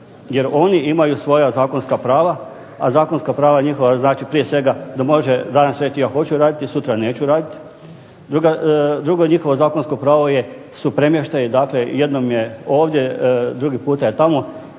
jer oni imaju svoja zakonska prava, a zakonska prava njihova znači prije svega da može danas reći ja hoću raditi, sutra neću raditi, drugo je njihovo zakonsko pravo je, su premještaji, dakle jednom je ovdje, drugi puta je tamo,